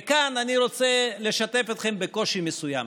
וכאן אני רוצה לשתף אתכם בקושי מסוים: